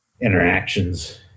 interactions